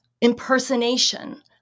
impersonation